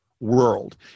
World